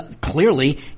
clearly